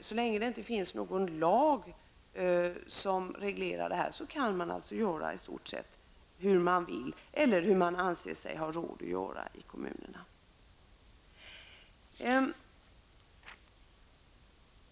Så länge det inte finns någon lag som reglerar dessa frågor kan man i stort sett göra hur man vill eller så som man anser sig ha råd att göra i kommunerna.